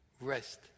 rest